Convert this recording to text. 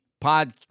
pod